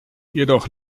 jedoch